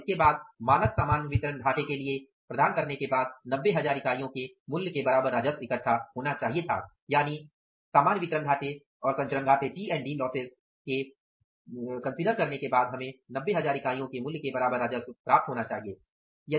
और इसके बाद मानक सामान्य वितरण घाटे के लिए प्रदान करने के बाद 90000 इकाईयों के मूल्य के बराबर राजस्व इकठ्ठा होना चाहिए था